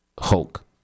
Hulk